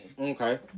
Okay